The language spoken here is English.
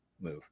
move